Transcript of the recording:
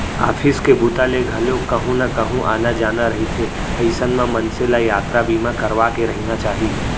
office के बूता ले घलोक कहूँ न कहूँ आना जाना रहिथे अइसन म मनसे ल यातरा बीमा करवाके रहिना चाही